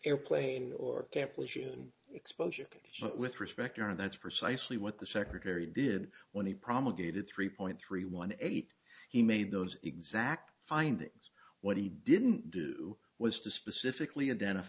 airplane or careful issue and exposure with respect are that's precisely what the secretary did when he promulgated three point three one eight he made those exact findings what he didn't do was to specifically identi